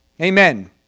Amen